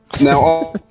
Now